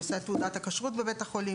נושא תעודת הכשרות בבית החולים,